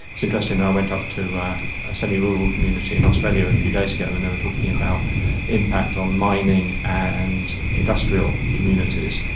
it's interesting, i went up to a semirural community in australia a few days ago and they were talking about impact on mining and industrial communities,